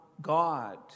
God